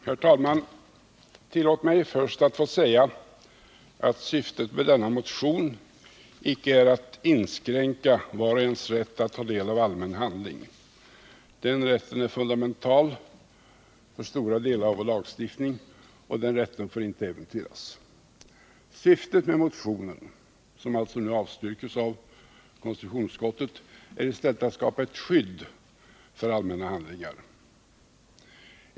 Herr talman! Tillåt mig först att säga att syftet med denna motion icke är att inskränka vars och ens rätt att ta del av allmän handling. Den rätten är fundamental för stora delar av vår lagstiftning och får inte äventyras. Syftet med motionen, som alltså nu avstyrks av konstitutionsutskottet, är i stället att skapa ett skydd för allmänna handlingar.